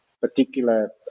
particular